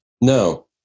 No